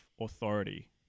authority